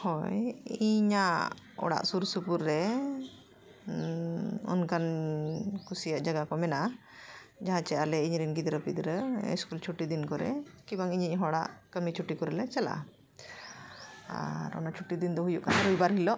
ᱦᱳᱭ ᱤᱧᱟᱹᱜ ᱚᱲᱟᱜ ᱥᱩᱨ ᱥᱩᱯᱩᱨ ᱨᱮ ᱚᱱᱠᱟᱱ ᱠᱩᱥᱤᱭᱟᱜ ᱡᱟᱭᱜᱟ ᱠᱚ ᱢᱮᱱᱟᱜᱼᱟ ᱡᱟᱦᱟᱸ ᱪᱮ ᱟᱞᱮ ᱤᱧᱨᱮᱱ ᱜᱤᱫᱽᱨᱟᱹ ᱯᱤᱫᱽᱨᱟᱹ ᱤᱥᱠᱩᱞ ᱪᱷᱩᱴᱤ ᱫᱤᱱ ᱠᱚᱨᱮ ᱠᱤᱵᱟᱝ ᱤᱧᱤᱡ ᱦᱚᱲᱟᱜ ᱠᱟᱹᱢᱤ ᱪᱷᱩᱴᱤ ᱠᱚᱨᱮᱞᱮ ᱪᱟᱞᱟᱜᱼᱟ ᱟᱨ ᱚᱱᱟ ᱪᱷᱩᱴᱤ ᱫᱤᱱ ᱫᱚ ᱦᱩᱭᱩᱜ ᱠᱟᱱᱟ ᱨᱚᱵᱤᱵᱟᱨ ᱦᱤᱞᱳᱜ